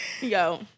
Yo